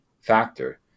factor